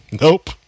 Nope